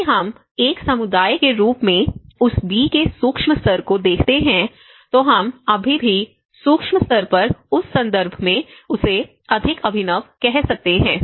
यदि हम एक समुदाय के रूप में उस बी के सूक्ष्म स्तर को देखते हैं तो हम अभी भी सूक्ष्म स्तर पर उस संदर्भ में उसे अधिक अभिनव कह सकते हैं